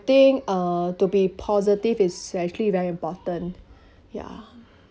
think uh to be positive is actually very important ya